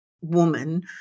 woman